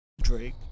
Drake